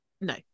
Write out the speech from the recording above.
no